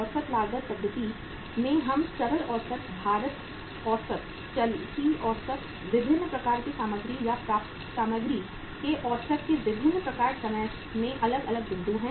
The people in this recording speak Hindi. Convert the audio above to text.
औसत लागत पद्धति में हम सरल औसत भारित औसत चलती औसत विभिन्न प्रकार की सामग्री या प्राप्त सामग्री के औसत के विभिन्न प्रकार समय में अलग अलग बिंदु हैं